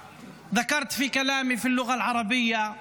(חוזר על דבריו בערבית.) הוספתי משהו בשפה הערבית,